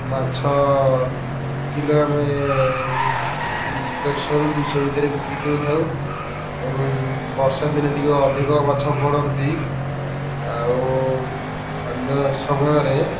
ମାଛ କିଲୋ ଆମେ ଦେଢ଼ଶହ ରୁ ଦୁଇଶହ ଭିତରେ ବିକ୍ରି କରିଥାଉ ଏବଂ ବର୍ଷା ଦିନେ ଟିକେ ଅଧିକ ମାଛ ପଡ଼ନ୍ତି ଆଉ ଅନ୍ୟ ସମୟରେ